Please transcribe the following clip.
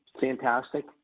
fantastic